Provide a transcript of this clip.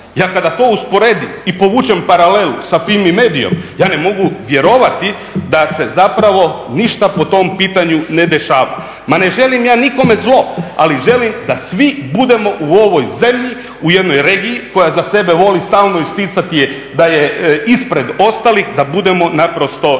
Ja kada to usporedim i povučem paralelu sa Fimi medijom, ja ne mogu vjerovati da se zapravo ništa po tom pitanju ne dešava. Ma ne želim ja nikome zlo, ali želim da svi budemo u ovoj zemlji, u jednoj regiji koja za sebe voli stalno isticati da je ispred ostalih, da budemo naprosto ravnopravna